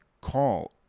call